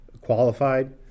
qualified